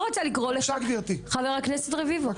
אני